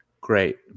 great